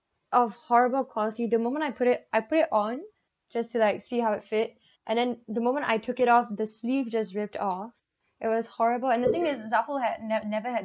of horrible quality the moment I put it I put it on just to like see how it fit and then the moment I took it off the sleeve just ripped off it was horrible and the thing is Zaful had never had